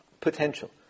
potential